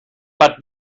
but